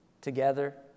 together